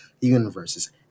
universes